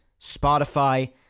spotify